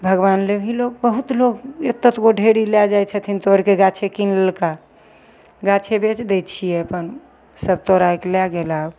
भगवान ले भी लोक बहुत लोग एत एतगो ढेरिक लै जाइ छथिन गाछे किनि लेलकाह गाछे बेचि दै छिए अपन सब तोड़ैके लै गेलाह